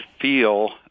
feel